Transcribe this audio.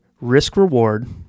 risk-reward